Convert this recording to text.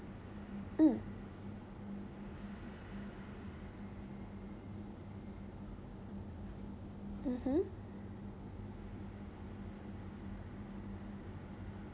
mm mmhmm